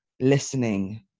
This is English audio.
listening